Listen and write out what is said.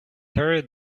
terry